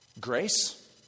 Grace